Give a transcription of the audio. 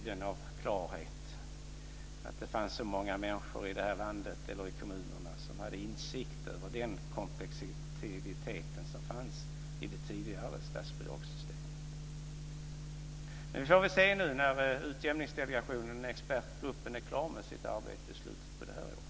Det fanns nog inte så många människor i det här landet eller i kommunerna som hade insikt i den komplexitet som fanns i det tidigare statsbidragssystemet. Men vi får väl se nu när expertgruppen är klar med sitt arbete i slutet på det här året.